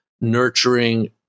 nurturing